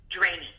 draining